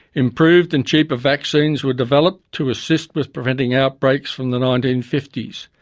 improved and cheaper vaccines were developed to assist with preventing outbreaks from the nineteen fifty s.